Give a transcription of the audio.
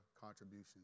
contribution